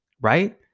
right